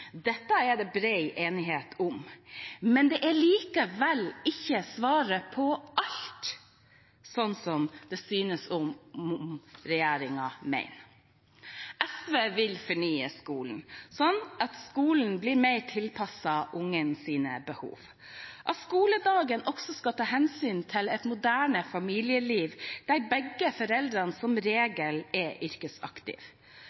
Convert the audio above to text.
Dette er det bred enighet om, men det er likevel ikke svaret på alt – slik det synes som om regjeringen mener. SV vil fornye skolen slik at den blir mer tilpasset ungenes behov. Skoledagen skal ta hensyn til et moderne familieliv, der begge foreldrene som